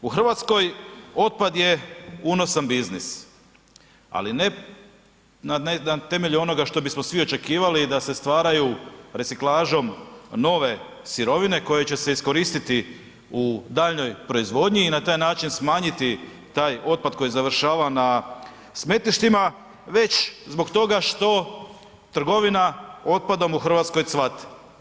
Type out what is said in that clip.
U RH otpad je unosan biznis, ali ne na temelju onoga što bismo svi očekivali da se stvaraju reciklažom nove sirovine koje će se iskoristiti u daljnjoj proizvodnji i na taj način smanjiti taj otpad koji završava na smetlištima, već zbog toga što trgovina otpadom u RH cvate.